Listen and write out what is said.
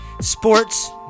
sports